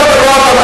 עם כל הכבוד,